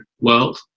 world